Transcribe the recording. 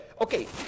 Okay